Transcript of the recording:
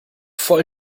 voll